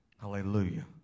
Hallelujah